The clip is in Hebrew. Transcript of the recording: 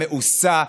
המאוסה,